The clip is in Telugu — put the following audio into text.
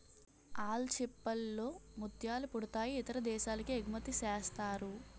ఆల్చిచిప్పల్ లో ముత్యాలు పుడతాయి ఇతర దేశాలకి ఎగుమతిసేస్తారు